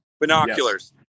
binoculars